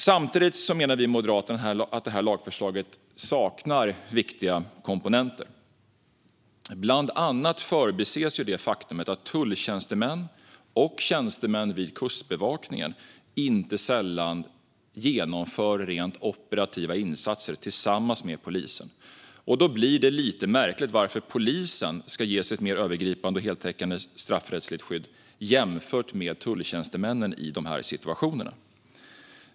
Samtidigt menar vi i Moderaterna att lagförslaget saknar viktiga komponenter. Bland annat förbises det faktum att tulltjänstemän och tjänstemän vid Kustbevakningen inte sällan genomför rent operativa insatser tillsammans med polisen. Det blir därför lite märkligt att polisen ges ett mer övergripande och heltäckande straffrättsligt skydd jämfört med tulltjänstemän i sådana situationer.